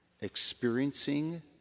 experiencing